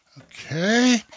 Okay